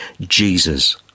Jesus